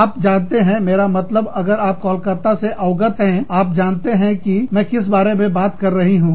आप जानते हैं मेरा मतलब अगर आप कोलकाता से अवगत हैं आप जानते हैं कि मैं किस बारे में बात कर रही हूं